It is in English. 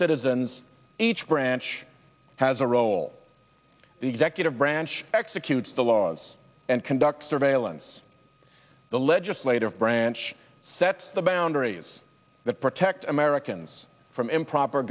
citizens each branch has a role the executive branch executes the laws and conduct surveillance the legislative branch sets the boundaries that protect americans from improper